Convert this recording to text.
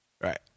right